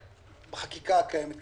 בחקיקה הקיימת כרגע,